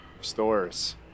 stores